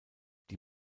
die